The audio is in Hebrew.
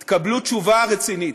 אבל כשאתם שואלים תקבלו תשובה רצינית.